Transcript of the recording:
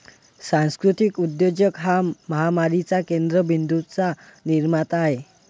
सांस्कृतिक उद्योजक हा महामारीच्या केंद्र बिंदूंचा निर्माता आहे